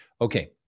Okay